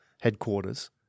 headquarters